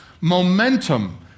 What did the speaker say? momentum